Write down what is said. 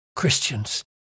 Christians